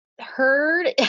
heard